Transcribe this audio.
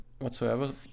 whatsoever